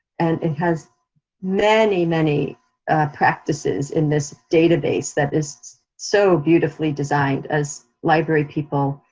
and it has many many practices in this database that is so beautifully designed. as library people,